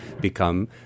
become